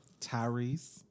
Tyrese